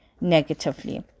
negatively